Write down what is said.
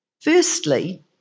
Firstly